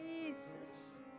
Jesus